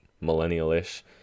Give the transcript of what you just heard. millennial-ish